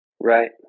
Right